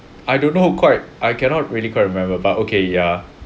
I don't know quite I cannot really quite remember but okay ya